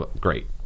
great